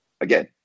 again